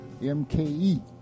MKE